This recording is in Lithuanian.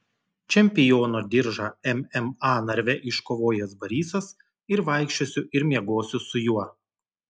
čempiono diržą mma narve iškovojęs barysas ir vaikščiosiu ir miegosiu su juo